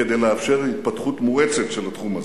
כדי לאפשר התפתחות מואצת של התחום הזה.